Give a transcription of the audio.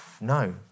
no